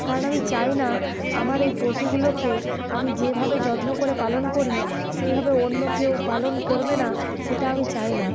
কারণ আমি চাই না আমার এই পশুগুলোকে আমি যেভাবে যত্ন করে পালন করি সেইভাবে অন্য কেউ পালন করবে না সেটা আমি চাই না